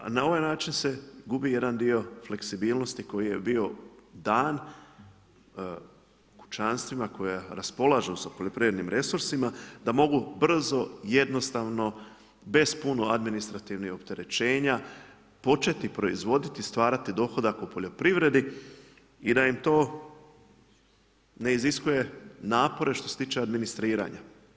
A na ovaj način se gubi jedan dio fleksibilnosti koje je bio dan kućanstvima koja raspolažu sa poljoprivrednim resursima, da mogu brzo, jednostavno, bez puno administrativnih opterećenja početi proizvoditi i stvarati dohodak u poljoprivredi i da im to ne iziskuje napore što se tiče administriranja.